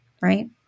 right